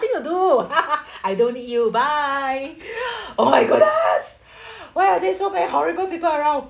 nothing to do I don't need you bye oh my goodness why are there so very horrible people around